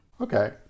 Okay